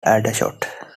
aldershot